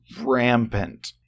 rampant